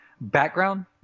background